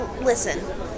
listen